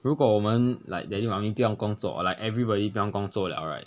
如果我们 like daddy mummy 不用工作 or like everybody 不用工作了 right